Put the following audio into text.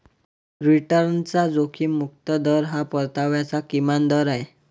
रिटर्नचा जोखीम मुक्त दर हा परताव्याचा किमान दर आहे